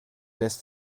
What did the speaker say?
lässt